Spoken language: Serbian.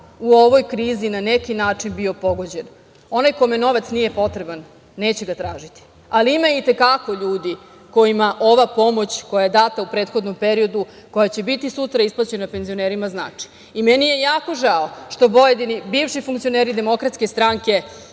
u ovoj krizi na neki način bio pogođen. Onaj kome novac nije potreban neće ga tražiti. Ima i te kako ljudi kojima ova pomoć koja je data u prethodnom periodu, koja će biti sutra isplaćena penzionerima znači. Meni je jako žao što pojedini bivši funkcioneri DS, tajkunskih